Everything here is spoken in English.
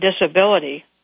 disability